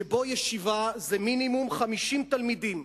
שבו ישיבה זה מינימום 50 תלמידים,